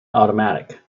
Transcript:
automatic